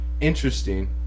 interesting